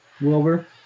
Wilbur